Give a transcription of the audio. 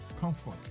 comfort